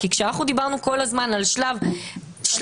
כי כשאנחנו דיברנו כל הזמן על שלב כתב